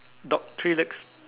dog three legs